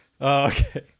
okay